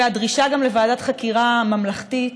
וגם הדרישה לוועדת חקירה ממלכתית,